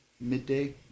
midday